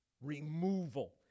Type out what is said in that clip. removal